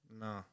No